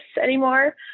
anymore